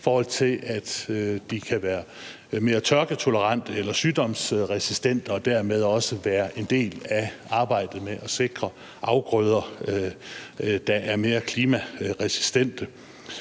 sker. De kan f.eks. være mere tørketolerante eller sygdomsresistente og dermed også være en del af arbejdet med at sikre afgrøder, der er mere klimaresistente.